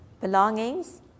belongings